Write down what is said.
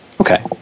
Okay